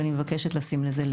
ואני מבקשת לשים לב לזה.